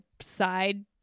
side